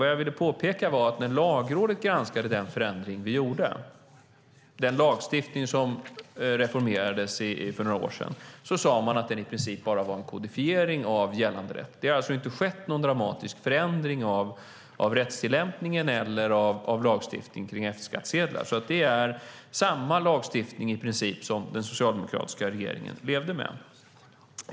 Vad jag ville påpeka är att Lagrådet när det granskade den förändring vi gjorde, alltså den lagstiftning som reformerades för några år sedan, sade att den i princip bara var en kodifiering av gällande rätt. Det har alltså inte skett någon dramatisk förändring av rättstillämpningen eller av lagstiftningen kring F-skattsedlar. Det är i princip samma lagstiftning som den som den socialdemokratiska regeringen levde med.